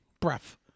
Breath